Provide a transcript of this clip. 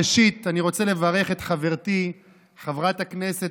ראשית אני רוצה לברך את חברתי חברת הכנסת